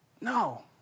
No